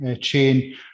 chain